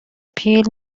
پیل